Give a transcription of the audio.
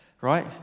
right